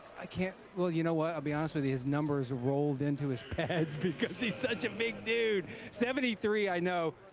i can't, well, you know what, i'll be honest with you, numbers rolled into his pads because he's such a big dude. seventy three i know.